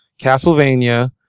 castlevania